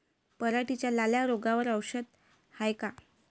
पराटीच्या लाल्या रोगावर औषध हाये का?